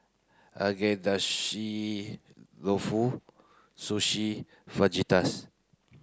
Agedashi Dofu Sushi Fajitas